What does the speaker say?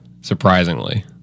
Surprisingly